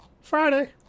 Friday